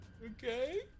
Okay